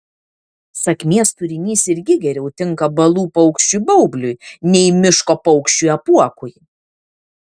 sakmės turinys irgi geriau tinka balų paukščiui baubliui nei miško paukščiui apuokui